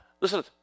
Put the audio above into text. Listen